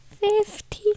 Fifty